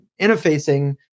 interfacing